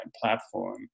platform